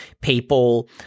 people